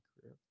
career